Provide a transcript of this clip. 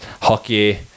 hockey